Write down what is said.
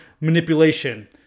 manipulation